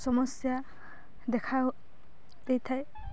ସମସ୍ୟା ଦେଖା ଦେଇଥାଏ